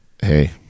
Hey